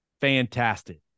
fantastic